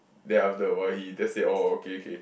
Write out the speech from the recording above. then after a while he just say orh okay okay